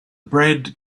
brad